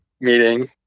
meeting